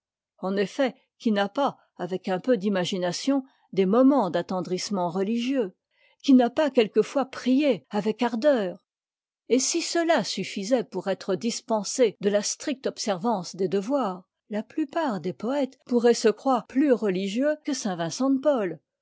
en effet qui n'a pas avec un peu d'imagination des moments d'attendrissement religieux qui n'a pas quelquefois prié avec ardeur et si cela suffisait pour être dispensé de la stricte observance des devoirs la plupart des poëtes pourraient se croire plus religieux que